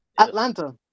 Atlanta